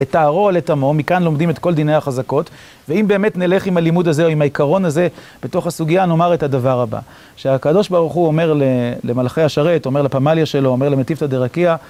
את תערוע לטמו, מכאן לומדים את כל דיני החזקות, ואם באמת נלך עם הלימוד הזה או עם העיקרון הזה בתוך הסוגיה, נאמר את הדבר הבא. שהקדוש ברוך הוא אומר למלכי השרת, אומר לפמליה שלו, אומר למטיפת דה-רקיע